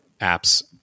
apps